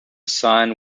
sign